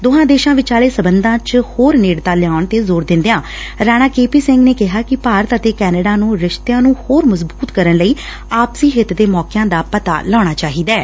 ਦੋਹਾਂ ਦੇਸ਼ਾਂ ਵਿਚਾਲੇ ਸਬੰਧਾਂ ਚ ਹੋਰ ਨੇਤਤਾ ਲਿਆਉਣ ਤੇ ਜ਼ੋਰ ਦਿੰਦਿਆਂ ਰਾਣਾ ਕੇ ਪੀ ਸਿੰਘ ਨੇ ਕਿਹਾ ਕਿ ਭਾਰਤ ਅਤੇ ਕੈਨੇਡਾ ਨੂੰ ਰਿਸ਼ਤਿਆਂ ਨੂੰ ਹੋਰ ਮਜ਼ਬੁਤ ਕਰਨ ਲਈ ਆਪਸੀ ਹਿੱਤ ਦੇ ਮੌਕਿਆਂ ਦਾ ਪਤਾ ਲਾਉਣਾ ਚਾਹੀਦੈ